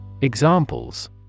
Examples